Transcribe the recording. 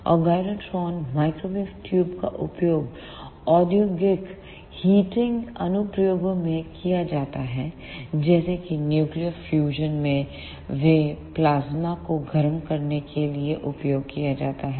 और gyrotron microwave tube का उपयोग औद्योगिक हीटिंग अनुप्रयोगों में किया जाता है जैसे कि न्यूक्लियर क्यूशन में वे प्लास्मा को गर्म करने के लिए उपयोग किया जाता है